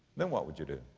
then what would you do?